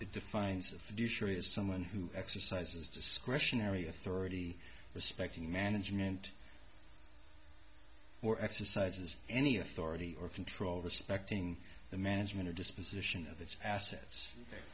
is someone who exercises discretionary authority respect the management or exercises any authority or control respecting the management or disposition of its assets o